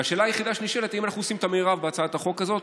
והשאלה היחידה שנשאלת היא אם אנחנו עושים את המרב בהצעת החוק הזאת.